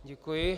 Děkuji.